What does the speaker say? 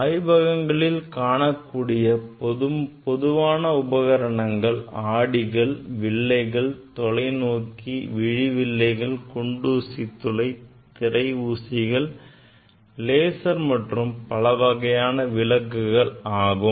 ஆய்வகங்களில் காணக்கூடிய பொதுவான உபகரணங்கள் ஆடிகள் வில்லைகள் தொலைநோக்கி விழி வில்லைகள் குண்டூசி துளை திரை ஊசிகள் லேசர் மற்றும் பல வகையான விளக்குகள் ஆகும்